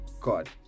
god